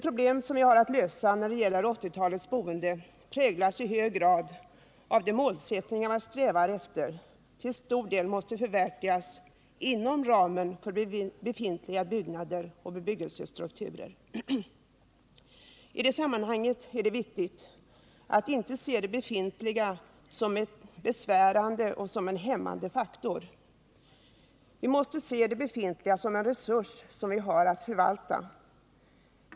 Problemen inför 1980-talets boende präglas i hög grad av att de målsättningar man strävar efter till stor del måste förverkligas inom ramen för befintliga byggnader och bebyggelsestrukturer. I det sammanhanget är det viktigt att inte se det befintliga beståndet som en besvärande eller hämmande faktor. Vi måste i stället se det som en resurs som vi har att förvalta.